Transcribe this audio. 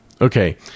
okay